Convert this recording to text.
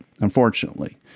unfortunately